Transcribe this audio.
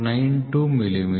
92 millimetre